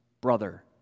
brother